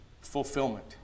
fulfillment